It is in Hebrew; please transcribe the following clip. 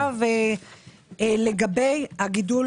בגדול, לגבי גידול